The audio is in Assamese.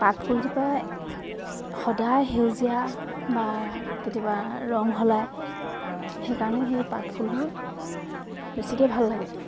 পাত ফুলজোপা সদায় সেউজীয়া বা কেতিয়াবা ৰং সলায় সেইকাৰণে সেই পাত ফুলবোৰ বেছিকৈ ভাল লাগে